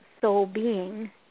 Soul-being